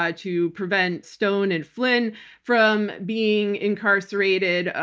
ah to prevent stone and flynn from being incarcerated.